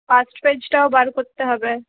fast পেজটাও বার করতে হবে